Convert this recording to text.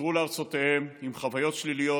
חזרו לארצותיהם עם חוויות שליליות.